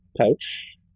pouch